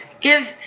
give